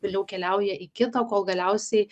vėliau keliauja į kitą kol galiausiai